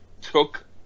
took